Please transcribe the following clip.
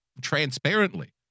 transparently